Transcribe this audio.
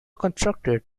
constructed